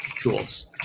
tools